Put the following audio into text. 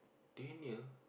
Daniel